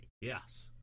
Yes